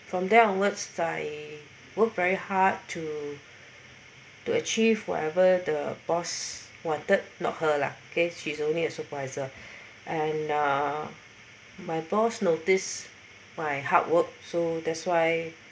from there onward I work very hard to to achieve whatever the boss wanted not her lah okay she's only a supervisor and uh my boss noticed my hard work so that's why